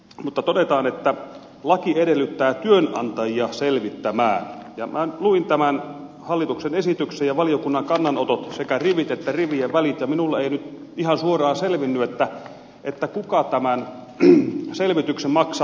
mutta kun todetaan että laki edellyttää työnantajia selvittämään niin minä nyt luin tämän hallituksen esityksen ja valiokunnan kannanotot sekä rivit että rivien välit ja minulle ei nyt ihan suoraan selvinnyt kuka tämän selvityksen maksaa